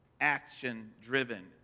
action-driven